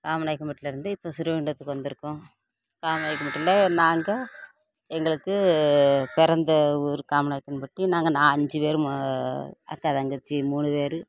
காமநாயக்கன் பட்டிலேருந்து இப்போ ஸ்ரீவைகுண்டத்துக்கு வந்துருக்கோம் காமநாயக்கன் பட்டியில் நாங்கள் எங்களுக்கு பிறந்த ஊர் காமநாயக்கன் பட்டி நாங்கள் ஐஞ்சு பேர் அக்கா தங்கச்சி மூணு பேர்